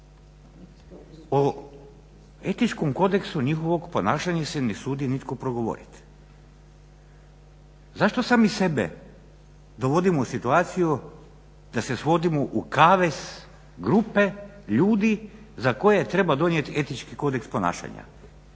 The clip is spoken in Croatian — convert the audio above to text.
etičkom kodeksu njihovog ponašanja se ne usudi nitko progovoriti. Zašto sami sebe dovodimo u situaciju da se svodimo u kavez grupe ljudi za koje treba donijeti etički kodeks ponašanja?